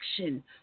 action